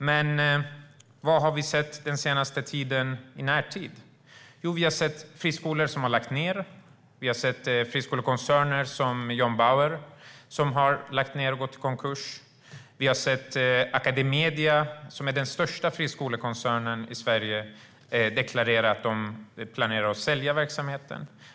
Men vad har vi sett den senaste tiden i närtid? Jo, vi har sett friskolor som har lagts ned. Friskolekoncerner som John Bauer har lagts ned och gått i konkurs. Academedia, som är den största friskolekoncernen i Sverige, har deklarerat att man planerar att sälja verksamheten.